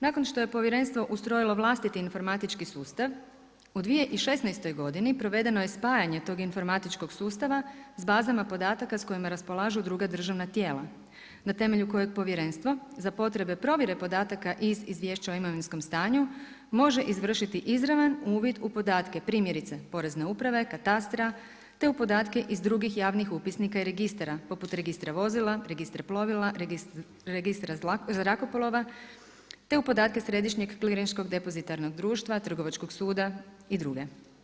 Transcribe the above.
Nakon što je Povjerenstvo ustrojilo vlastiti informatički sustav u 2016. godini provedeno je spajanje tog informatičkog sustava s bazama podataka s kojima raspolažu druga državna tijela na temelju kojeg Povjerenstvo za potrebe provjere podataka iz izvješća o imovinskom stanju može izvršiti izravan uvid u podatke primjerice Porezne uprave, Katastra, te u podatke iz drugih javnih upisnika i registara, poput Registra vozila, plovila, registra zrakoplova, te u podatke Središnjeg klirinškog depozitarnog društva, Trgovačkog suda i druge.